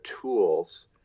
tools